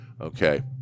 Okay